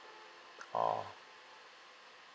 orh